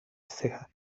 psyche